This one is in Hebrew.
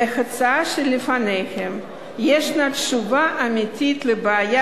בהצעה שלפניכם יש תשובה אמיתית לבעיה